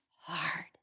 hard